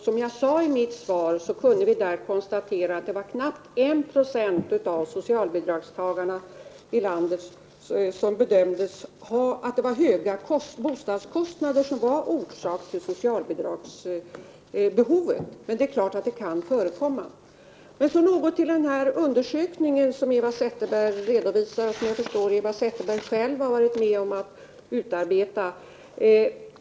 Som jag sade i mitt svar kunde vi då konstatera att det var höga bostadskostnader som var orsaken till behovet av socialbidrag. Det är klart att det kan förekomma. Så något om den undersökning som Eva Zetterberg redovisade och som jag förstår att hon själv har varit med om att göra.